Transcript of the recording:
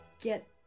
get